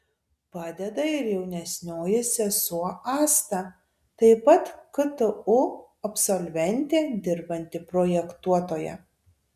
padeda ir jaunesnioji sesuo asta taip pat ktu absolventė dirbanti projektuotoja